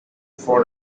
for